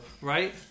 right